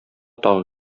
тагы